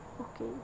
okay